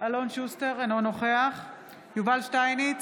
אלון שוסטר, אינו נוכח יובל שטייניץ,